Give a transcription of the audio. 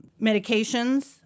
medications